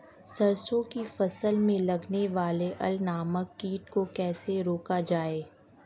सरसों की फसल में लगने वाले अल नामक कीट को कैसे रोका जाए?